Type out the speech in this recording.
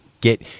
get